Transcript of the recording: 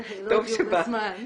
לא הודיעו בזמן --- טוב שבאת,